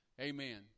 amen